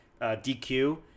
DQ